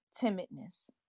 timidness